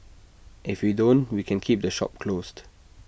if we don't we can keep the shop closed